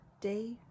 day